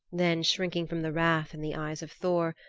then shrinking from the wrath in the eyes of thor,